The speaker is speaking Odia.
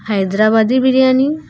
ହାଇଦ୍ରାବାଦୀ ବିରିୟାନୀ